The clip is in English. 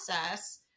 process